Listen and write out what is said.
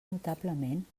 notablement